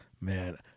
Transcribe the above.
Man